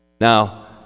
Now